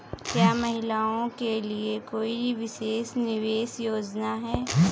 क्या महिलाओं के लिए कोई विशेष निवेश योजना है?